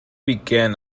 began